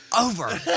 over